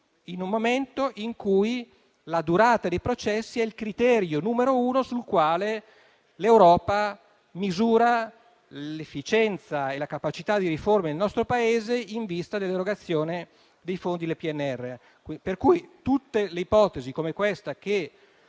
in un momento in cui la durata dei processi è il criterio principale su cui l'Europa misura l'efficienza e la capacità di riforme del nostro Paese in vista dell'erogazione dei fondi del PNRR. Pertanto, tutte le ipotesi come quella in